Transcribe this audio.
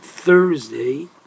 Thursday